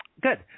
good